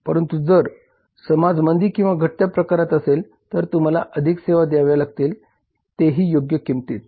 परंतु जर समाज मंदी किंवा घटत्या प्रकारात असेल तर तुम्हाला अधिक सेवा दयाव्या लागतील ते ही योग्य किंमतीत